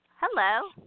hello